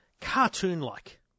cartoon-like